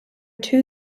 two